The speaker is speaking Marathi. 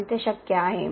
पण ते शक्य आहे